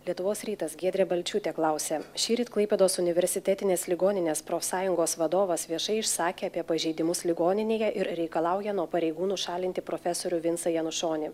lietuvos rytas giedrė balčiūtė klausia šįryt klaipėdos universitetinės ligoninės profsąjungos vadovas viešai išsakė apie pažeidimus ligoninėje ir reikalauja nuo pareigų nušalinti profesorių vincą janušonį